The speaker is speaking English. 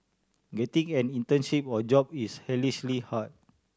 getting an internship or job is hellishly hard